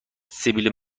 سبیل